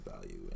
value